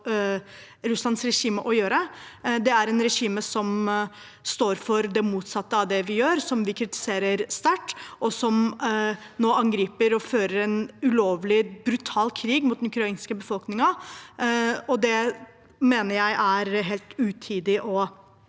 Det er et regime som står for det motsatte av det vi gjør, som vi kritiserer sterkt, og som nå angriper og fører en ulovlig, brutal krig mot den ukrainske befolkningen. Jeg mener det er helt utidig å si